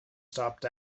stopped